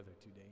today